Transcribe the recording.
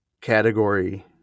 category